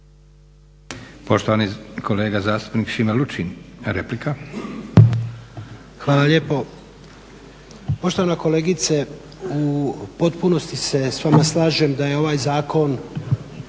Poštovani kolega zastupnik, Šime Lučin, replika. **Lučin, Šime (SDP)** Hvala lijepo. Poštovana kolegice u potpunosti se s vama slažem da je ovaj zakon